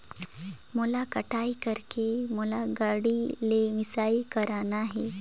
मोला कटाई करेके मोला गाड़ी ले मिसाई करना हे?